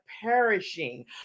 perishing